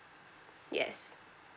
yes